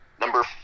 Number